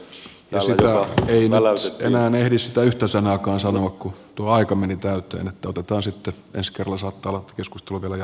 sitä ei nyt enää ehdi sitä yhtä sanaakaan sanoa kun tuo aika meni täyteen niin että otetaan sitten ensi kerralla